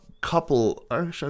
couple